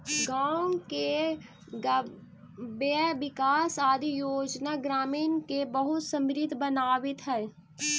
गाँव में गव्यविकास आदि योजना ग्रामीण के बहुत समृद्ध बनावित हइ